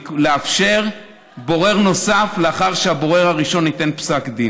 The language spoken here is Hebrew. לאפשר בורר נוסף לאחר שהבורר הראשון ייתן פסק דין.